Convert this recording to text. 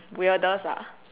weirdest ah